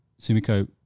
Sumiko